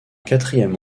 quatrième